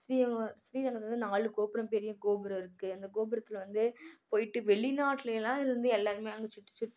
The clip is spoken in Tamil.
ஸ்ரீரங்கம் ஸ்ரீரங்கத்தில் வந்து நாலு கோபுரம் பெரிய கோபுரம் இருக்குது அந்த கோபுரத்தில் வந்து போய்ட்டு வெளிநாட்டுலேயெல்லாம் இருந்து எல்லோருமே அங்கே சுற்றி சுத்